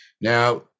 Now